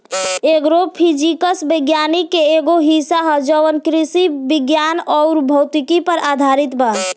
agro physics विज्ञान के एगो हिस्सा ह जवन कृषि विज्ञान अउर भौतिकी पर आधारित बा